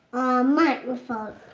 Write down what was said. ah a microphone.